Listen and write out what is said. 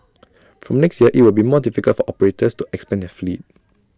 from next year IT will be more difficult for operators to expand their fleet